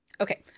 Okay